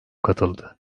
katıldı